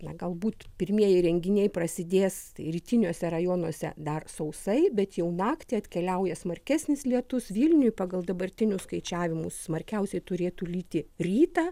na galbūt pirmieji renginiai prasidės rytiniuose rajonuose dar sausai bet jau naktį atkeliauja smarkesnis lietus vilniuj pagal dabartinius skaičiavimus smarkiausiai turėtų lyti rytą